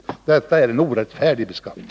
Det är en orättfärdig beskattning.